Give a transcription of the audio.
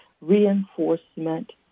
reinforcement